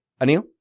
Anil